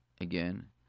again